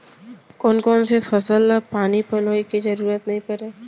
कोन कोन से फसल ला पानी पलोय के जरूरत नई परय?